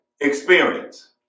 experience